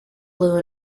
blue